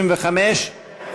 כן.